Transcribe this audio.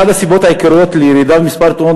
אחת הסיבות העיקריות לירידה במספר תאונות